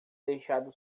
deixado